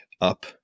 up